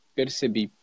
percebi